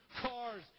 cars